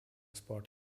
sport